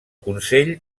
consell